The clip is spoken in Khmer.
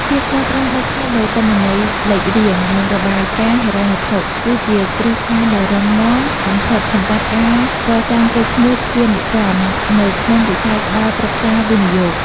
ភាពស្មោះត្រង់ដាច់ខាតលើទិន្នន័យលេខរៀង និងរបាយការណ៍ហិរញ្ញវត្ថុ គឺជាគ្រឹះស្ថានដ៏រឹងមាំបំផុតសម្រាប់ការកសាងកេរ្តិ៍ឈ្មោះជានិរន្តរ៍នៅក្នុងវិស័យផ្ដល់ប្រឹក្សាវិនិយោគ។